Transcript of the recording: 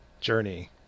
Journey